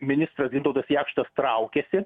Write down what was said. ministras gintauto jakštas traukėsi